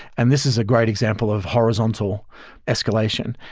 and this is a great example of horizontal escalation,